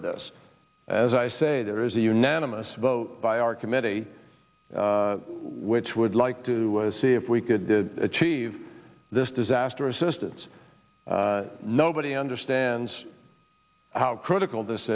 with this as i say there is a unanimous vote by our committee which would like to see if we could achieve this disaster assistance nobody understands how critical this